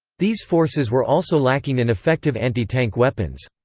these forces were also lacking in effective anti-tank weapons.